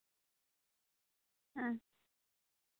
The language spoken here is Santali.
ᱦᱮᱸ